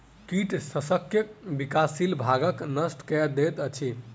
कीट शस्यक विकासशील भागक नष्ट कय दैत अछि